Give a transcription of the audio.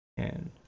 and